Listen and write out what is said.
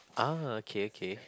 ah okay okay